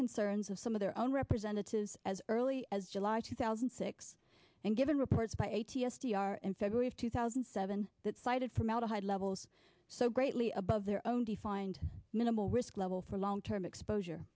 concerns of some of their own representatives as early as july two thousand and six and given reports by eighty s t r in february of two thousand and seven that cited formaldehyde levels so greatly above their own defined minimal risk level for long term exposure